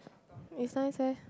it's nice eh